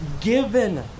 given